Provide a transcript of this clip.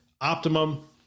Optimum